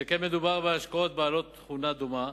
שכן מדובר בהשקעות בעלות תכונה דומה,